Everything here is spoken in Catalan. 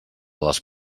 les